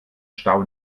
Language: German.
stau